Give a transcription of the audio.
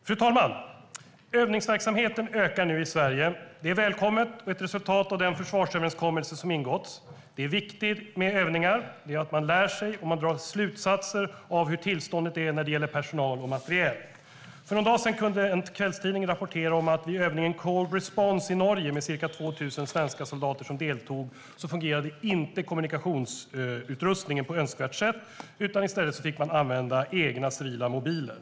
Fru talman! Övningsverksamheten ökar nu i Sverige. Det är välkommet och ett resultat av den försvarsöverenskommelse som ingåtts. Det är viktigt med övningar. Det gör att man lär sig, och man drar slutsatser av hur tillståndet är när det gäller personal och materiel. För någon dag sedan kunde en kvällstidning rapportera om att vid övningen Cold Response i Norge med ca 2 000 svenska soldater som deltog fungerade inte kommunikationsutrustningen på önskvärt sätt, utan i stället fick man använda egna civila mobiler.